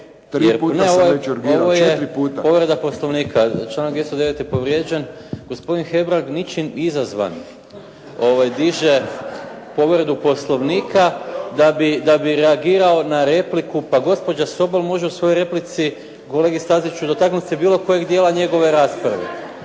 ovo je povreda Poslovnika. Članak 209. je povrijeđen. Gospodin Hebrang, ničim izazvan diže povredu Poslovnika da bi reagirao na repliku. Pa gospođa Sobol može svojoj replici kolegi Staziću dotaknut se bilo kojeg dijela njegove rasprave.